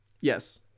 Yes